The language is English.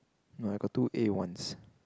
no I got two A ones